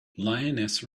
lioness